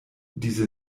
diese